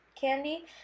candy